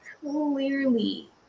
clearly